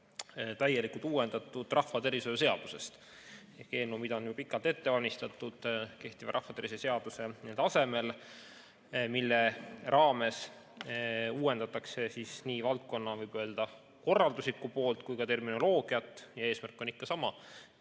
täielikult uuendatud rahvatervishoiu seaduse eelnõust, mida on pikalt ette valmistatud kehtiva rahvatervise seaduse asemele ja mille raames uuendatakse nii valdkonna, võib öelda, korralduslikku poolt kui ka terminoloogiat. Eesmärk on ikka sama